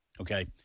okay